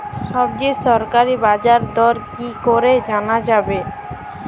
সবজির সরকারি বাজার দর কি করে জানা যাবে?